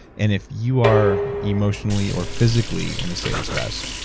and if you are emotionally or physically in a state of stress,